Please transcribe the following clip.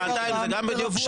שעתיים זה גם בדיוק?